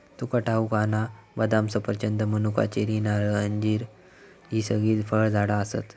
तुका ठाऊक हा ना, बदाम, सफरचंद, मनुका, चेरी, नारळ, अंजीर हि सगळी फळझाडा आसत